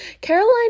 Caroline